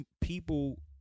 people